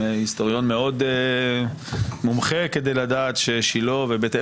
היסטוריון מאוד מומחה כדי לדעת ששילה ובית אל,